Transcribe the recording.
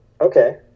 okay